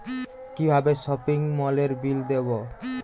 কিভাবে সপিং মলের বিল দেবো?